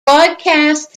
broadcasts